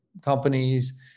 companies